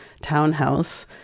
townhouse